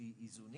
איזונים